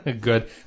Good